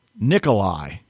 Nikolai